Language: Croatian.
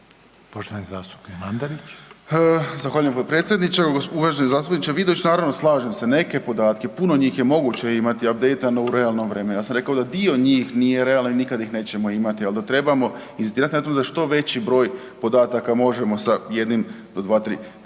**Mandarić, Marin (HDZ)** Zahvaljujem potpredsjedniče. Uvaženi zastupniče Vidović, naravno slažem se, neke podatke, puno njih je moguće imati abdejtano u realnom vremenu. Ja sam rekao da dio njih nije realan i nikad ih nećemo imati, al da trebamo inzistirat na tome da što veći broj podataka možemo sa jednim do dva tri, do dva